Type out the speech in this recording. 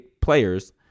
players